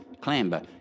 clamber